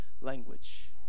language